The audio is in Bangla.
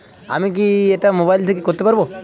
আমি কি এটা মোবাইল থেকে করতে পারবো?